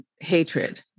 hatred